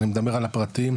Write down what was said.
אני מדבר על הפרטיים,